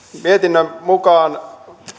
mietinnön mukaan